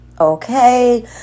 okay